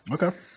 Okay